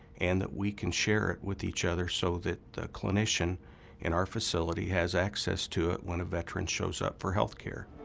and that we can share it with each other so that the clinician in our facility has access to it when a veteran shows up for healthcare.